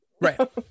right